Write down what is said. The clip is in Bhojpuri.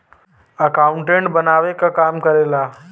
अकाउंटेंट बनावे क काम करेला